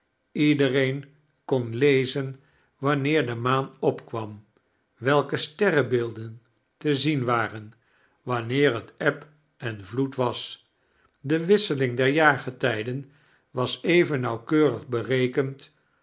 iedereen kon lezen wanneer de maan opkwam welke i sterrebeelden te zien waren wanneer het eb en vloed was de wisseling der jaargetijden was even nauwkeurig berekend